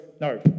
no